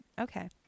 Okay